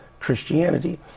christianity